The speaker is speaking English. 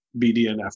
BDNF